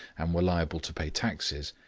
and were liable to pay taxes,